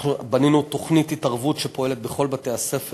בנינו תוכנית התערבות שפועלת בכל בתי-הספר